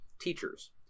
teachers